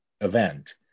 event